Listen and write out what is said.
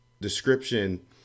description